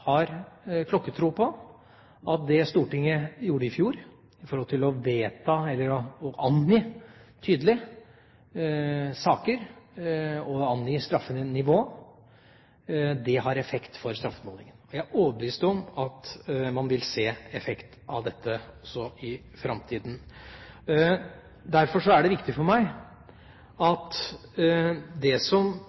har klokkertro på at det Stortinget gjorde i fjor, tydelig å angi saker og straffenivå, har effekt for straffeutmålingen. Jeg er overbevist om at man vil se effekt av dette også i framtida. Derfor er det maktpåliggende for meg å få ut av hele debatten som